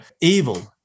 evil